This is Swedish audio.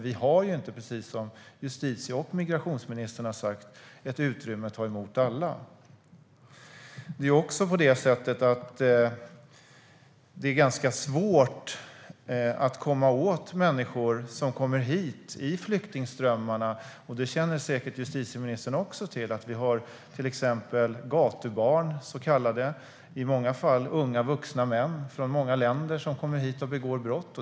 Vi har ju inte precis utrymme för att ta emot alla, vilket även justitie och migrationsministern har sagt. Det är ganska svårt att komma åt människor som kommer hit i flyktingströmmarna. Justitieministern känner säkert också till att exempelvis så kallade gatubarn - i många fall unga vuxna män - kommer hit från många olika länder och begår brott.